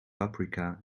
paprika